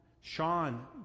Sean